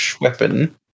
weapon